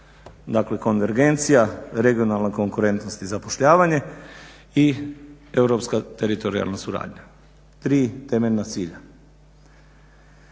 dakle konvergencija, regionalna konkurentnost i zapošljavanje i europska teritorijalna suradnja, tri temeljna cilja.